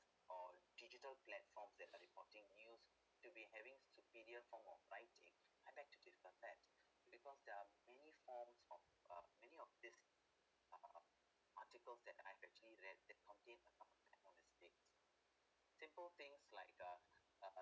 or digital platforms that are reporting news to be having superior form of writing I beg to differ that because there're many from of uh many of these uh articles that I've actually read that contain simple thing like uh uh